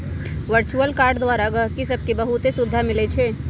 virtual card द्वारा गहकि सभके बहुते सुभिधा मिलइ छै